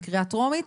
בקריאה טרומית,